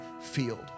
field